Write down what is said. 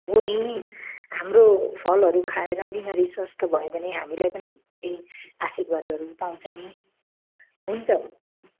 हो नि हाम्रो फलहरू खाएर बिमारी स्वास्थ्य भयो भने हामीलाई पनि केही आशीर्वादहरू पाउँछ नि हुन्छ हु